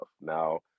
now